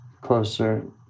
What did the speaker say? closer